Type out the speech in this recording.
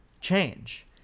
change